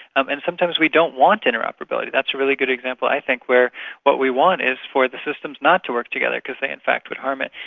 um and sometimes we don't want interoperability. that's a really good example i think where what we want is for the systems not to work together because they in fact would harm it.